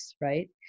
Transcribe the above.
right